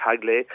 Tagle